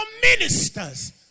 ministers